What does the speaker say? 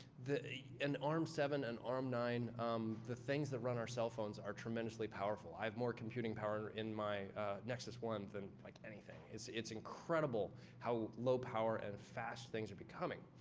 an arm seven and arm nine um the things that run our cell phones are tremendously powerful. i have more computing power in my nexus one than like anything. it's it's incredible how low power and fast things are becoming.